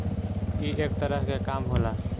ई एक तरह के काम होला